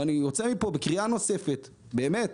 ואני יוצא מפה בקריאה נוספת, באמת,